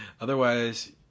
Otherwise